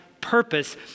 purpose